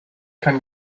kein